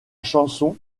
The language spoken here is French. chanson